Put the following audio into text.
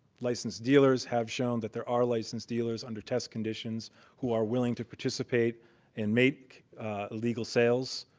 licensed dealers have shown that there are licensed dealers under test conditions who are willing to participate and make illegal sales.